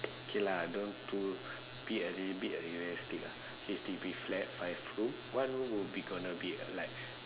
okay lah don't too be a little bit realistic ah H_D_B flat five room one room will be gonna be like